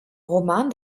roman